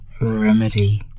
remedy